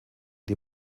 die